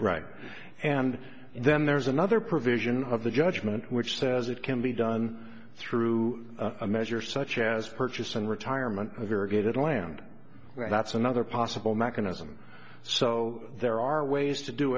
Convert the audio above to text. right and then there's another provision of the judgement which says it can be done through a measure such as purchasing retirement variegated land that's another possible mechanism so there are ways to do